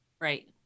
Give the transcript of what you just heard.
right